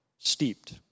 steeped